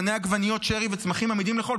זני עגבניות שרי וצמחים עמידים לקור,